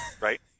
right